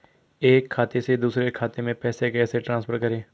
एक खाते से दूसरे खाते में पैसे कैसे ट्रांसफर करें?